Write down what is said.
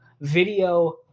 video